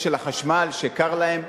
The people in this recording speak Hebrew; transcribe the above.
החשמל, שקר להם.